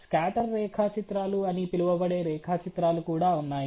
scatter రేఖాచిత్రాలు అని పిలువబడే రేఖాచిత్రాలు కూడా ఉన్నాయి